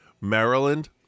Maryland